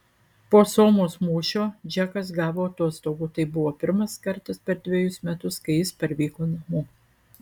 po somos mūšio džekas gavo atostogų tai buvo pirmas kartas per dvejus metus kai jis parvyko namo